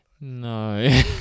No